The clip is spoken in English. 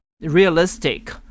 realistic